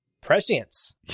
Prescience